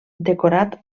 decorat